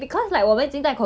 orh okay